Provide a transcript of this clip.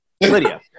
Lydia